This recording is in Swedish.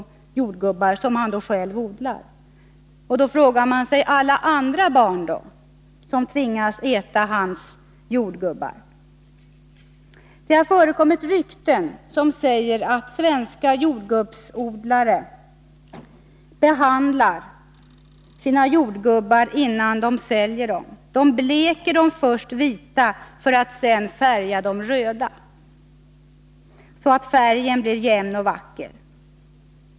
Då frågar man sig: Men alla andra barn då, som tvingas äta hans jordgubbar? Det har förekommit rykten som säger att svenska jordgubbsodlare behandlar sina jordgubbar innan de säljer dem. De bleker dem först vita, för att sedan färga dem röda så att färgen blir jämn och vacker.